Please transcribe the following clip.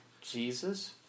Jesus